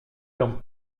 donc